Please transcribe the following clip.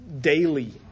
daily